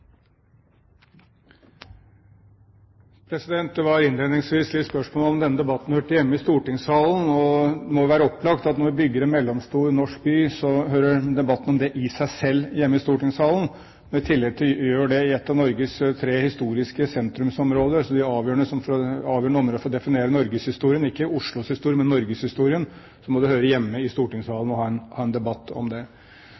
Det var innledningsvis spørsmål om denne debatten hørte hjemme i stortingssalen. Det må være opplagt at når vi bygger en mellomstor norsk by, så hører debatten om det i seg selv hjemme i stortingssalen. Når vi i tillegg til det gjør det i et av Norges tre historiske sentrumsområder, de avgjørende områder for å definere norgeshistorien – ikke Oslos historie, men norgeshistorien – må det høre hjemme i